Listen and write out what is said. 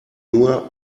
nur